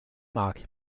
mag